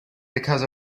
because